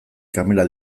kamera